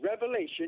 Revelation